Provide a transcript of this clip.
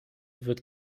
wird